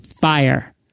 fire